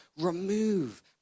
remove